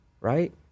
right